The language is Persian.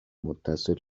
متصل